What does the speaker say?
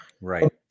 Right